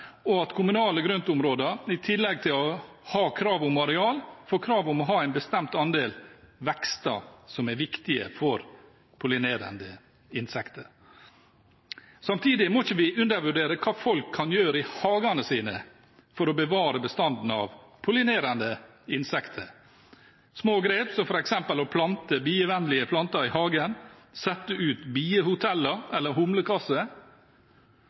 og at kommunale grøntområder i tillegg til å ha krav om areal får krav om å ha en bestemt andel vekster som er viktige for pollinerende insekter. Samtidig må vi ikke undervurdere hva folk kan gjøre i hagene sine for å bevare bestanden av pollinerende insekter. Små grep som f.eks. å plante bievennlige planter i hagen, sette ut biehoteller eller